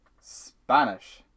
Spanish